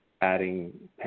adding